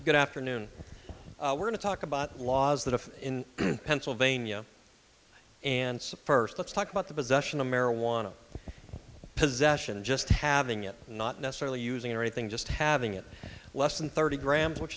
good afternoon we're going to talk about laws that of in pennsylvania and first let's talk about the possession of marijuana possession just having it not necessarily using anything just having it less than thirty grams which